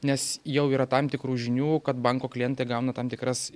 nes jau yra tam tikrų žinių kad banko klientai gauna tam tikras